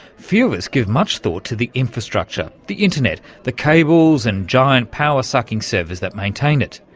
few of us give much thought to the infrastructure the internet the cables and giant power-sucking servers that maintain it.